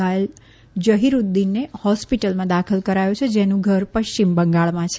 ઘાયલ જફીરુદ્દીનને હોસ્પીટલમાં દાખલ કરાયો છે જેનું ઘર પશ્ચિમ બંગાળમાં છે